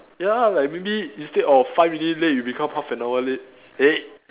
ya lah like maybe instead of five minute late you become half an hour late eh